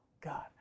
God